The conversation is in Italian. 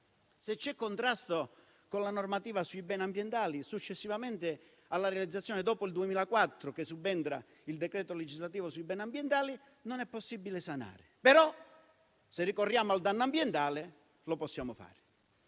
se c'è contrasto con la normativa sui beni ambientali successivamente alla realizzazione dopo il 2004, quando subentra il decreto legislativo sui beni ambientali, non è possibile sanare. Però, se ricorriamo al danno ambientale, lo possiamo fare.